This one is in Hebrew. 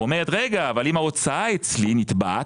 אומרת שאם ההוצאה היא אצלה,